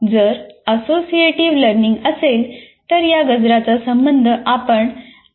जर associative learning असेल तर या गजराचा संबंध आपण आगीची सूचना म्हणून जोडतो